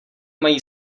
mají